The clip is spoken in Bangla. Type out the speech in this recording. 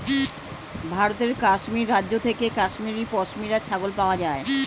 ভারতের কাশ্মীর রাজ্য থেকে কাশ্মীরি পশমিনা ছাগল পাওয়া যায়